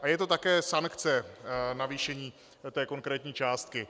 A je to také sankce, navýšení té konkrétní částky.